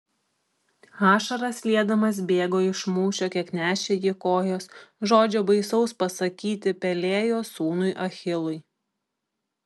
ašaras liedamas bėgo iš mūšio kiek nešė jį kojos žodžio baisaus pasakyti pelėjo sūnui achilui